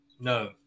no